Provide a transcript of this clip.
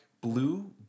blue